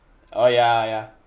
oh ya ya